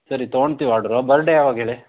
ಸರಿ ತೊಗೊಳ್ತೀವಿ order birthday ಯಾವಾಗ ಹೇಳಿ